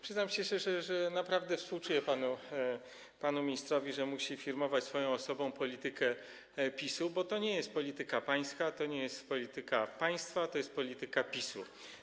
Przyznam się szczerze, że naprawdę współczuję panu ministrowi, że musi firmować swoją osobą politykę PiS-u, bo to nie jest polityka pańska, to nie jest polityka państwa, to jest polityka PiS-u.